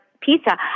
Pizza